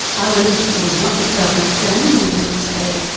others would not be so understanding and would say,